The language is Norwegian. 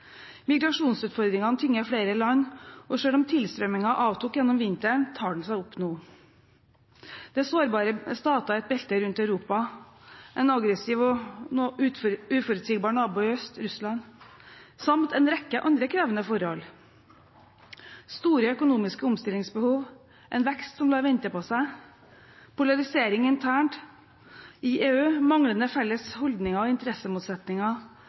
Migrasjonsutfordringene tynger flere land, og selv om tilstrømmingen avtok gjennom vinteren, tar den seg opp nå. Det er sårbare stater i et belte rundt Europa, en aggressiv og uforutsigbar nabo i øst, Russland, samt en rekke andre krevende forhold: store økonomiske omstillingsbehov, en vekst som lar vente på seg, polarisering internt i EU, manglende felles holdninger og interessemotsetninger,